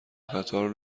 قطار